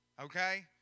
Okay